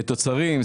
תוצרים,